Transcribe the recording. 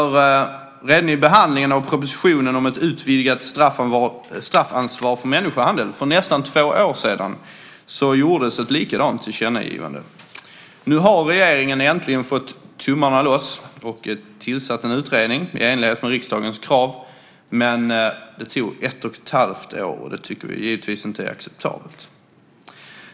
Redan vid behandlingen av propositionen om ett utvidgat straffansvar för människohandel för nästan två år sedan gjordes ett likadant tillkännagivande. Nu har regeringen äntligen fått tummen ur och tillsatt en utredning i enlighet med riksdagens krav, men det tog ett och ett halvt år, och det tycker vi givetvis inte är acceptabelt.